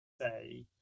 say